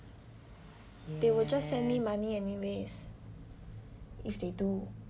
they will just send me money anyways if they do